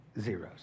zeros